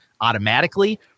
automatically